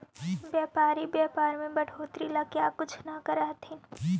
व्यापारी व्यापार में बढ़ोतरी ला क्या कुछ न करथिन